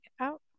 out